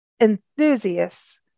enthusiasts